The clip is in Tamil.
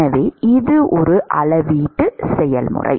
எனவே இது ஒரு அளவீட்டு செயல்முறை